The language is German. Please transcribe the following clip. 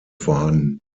vorhanden